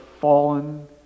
fallen